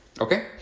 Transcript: Okay